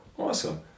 Awesome